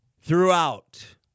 throughout